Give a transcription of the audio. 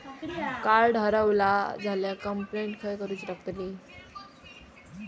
Card हरवला झाल्या complaint खय करूची लागतली?